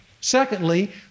Secondly